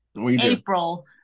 April